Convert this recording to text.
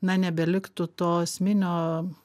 na nebeliktų to esminio